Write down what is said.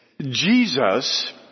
Jesus